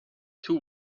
two